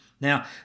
Now